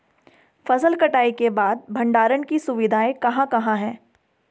फसल कटाई के बाद भंडारण की सुविधाएं कहाँ कहाँ हैं?